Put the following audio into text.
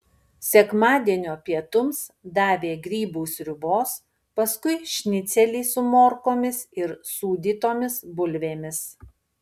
sekmadienio pietums davė grybų sriubos paskui šnicelį su morkomis ir sūdytomis bulvėmis